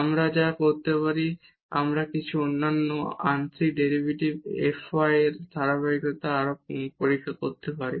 আমরা যা করতে পারি আমরা অন্যান্য আংশিক ডেরিভেটিভ এফওয়াই এর ধারাবাহিকতা আরও পরীক্ষা করতে পারি